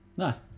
nice